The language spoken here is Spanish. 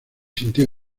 sintió